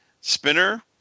Spinner